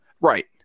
right